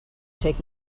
take